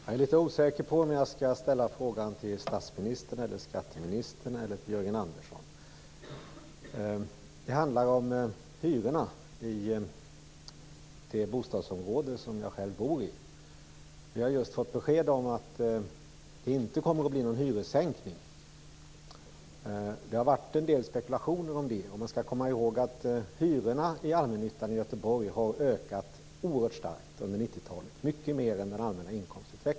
Herr talman! Jag är litet osäker på om jag skall ställa frågan till statsministern, skatteministern eller inrikesministern. Det handlar om hyrorna i det bostadsområde som jag själv bor i. Vi har just fått besked om att det inte kommer att bli någon hyressänkning. Det har varit en del spekulationer om det. Man skall komma ihåg att hyrorna i allmännyttan i Göteborg har ökat oerhört starkt under 90-talet i förhållande till den allmänna inkomstutvecklingen.